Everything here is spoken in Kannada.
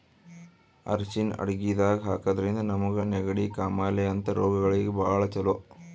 ಅರ್ಷಿಣ್ ಅಡಗಿದಾಗ್ ಹಾಕಿದ್ರಿಂದ ನಮ್ಗ್ ನೆಗಡಿ, ಕಾಮಾಲೆ ಅಂಥ ರೋಗಗಳಿಗ್ ಭಾಳ್ ಛಲೋ